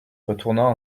retournant